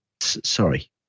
sorry